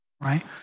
right